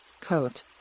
coat